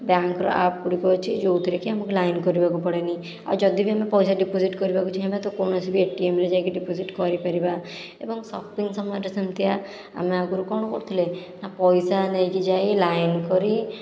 ବ୍ୟାଙ୍କର ଆପ ଗୁଡ଼ିକ ଅଛି ଯେଉଁଥିରେ କି ଆମକୁ ଲାଇନ କରିବାକୁ ପଡ଼େନି ଆଉ ଯଦି ବି ଆମେ ପଇସା ଡିପୋଜିଟ କରିବାକୁ ଚାହିଁବା ତ କୌଣସି ବି ଏଟିଏମରେ ଯାଇକି ଡିପୋଜିଟ୍ କରିପାରିବା ଏବଂ ସପିଙ୍ଗ ସମୟରେ ସେମିତିକା ଆମେ ଆଗରୁ କ'ଣ କରୁଥିଲେ ନା ପଇସା ନେଇକି ଯାଇ ଲାଇନ କରି